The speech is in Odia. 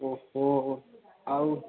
ଓ ହୋ ଆଉ